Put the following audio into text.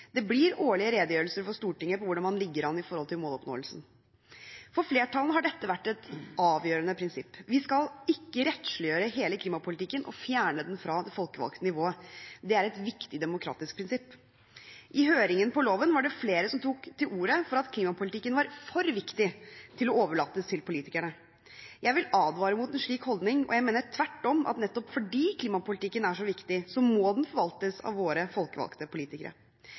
Det blir årlige redegjørelser for Stortinget om hvordan man ligger an når det gjelder måloppnåelsen. For flertallet har dette vært et avgjørende prinsipp. Vi skal ikke rettsliggjøre hele klimapolitikken og fjerne den fra det folkevalgte nivået. Det er et viktig demokratisk prinsipp. I høringen for loven var det flere som tok til orde for at klimapolitikken var for viktig til å overlates til politikerne. Jeg vil advare mot en slik holdning, og jeg mener tvert om at nettopp fordi klimapolitikken er så viktig, må den forvaltes av våre folkevalgte politikere.